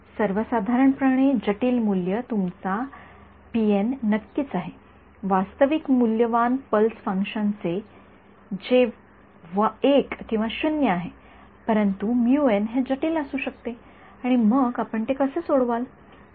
सर्वसाधारणपणे जटिल मूल्य तुमचा पीएन नक्कीच आहे वास्तविक मूल्यवान पल्स फंक्शन जे १ किंवा 0 आहे परंतु म्युएन हे जटिल असू शकते आणि मग आपण ते कसे सोडवले